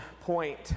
point